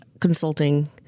consulting